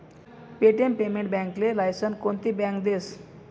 Paytm payment बॅकले license कोनती bank देस?